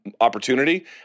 opportunity